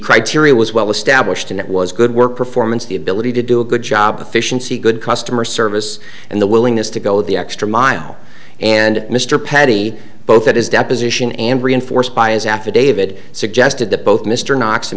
criteria was well established and it was good work performance the ability to do a good job of fish and see good customer service and the willingness to go the extra mile and mr petty both at his deposition and reinforced by his affidavit suggested that both mr kno